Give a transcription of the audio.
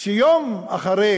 שיום אחרי